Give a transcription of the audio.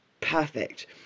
perfect